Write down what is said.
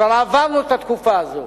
כבר עברנו את התקופה הזאת.